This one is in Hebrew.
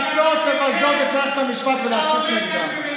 לנסות לבזות את מערכת המשפט ולהסית נגדה.